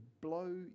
blow